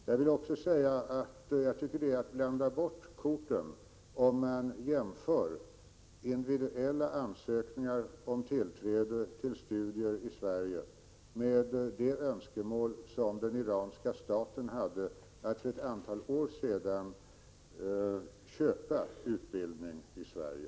Jag tycker att det är att blanda bort korten om man jämför individuella ansökningar om tillträde till studier i Sverige med det önskemål den iranska staten hade att för ett antal år sedan köpa utbildning i Sverige.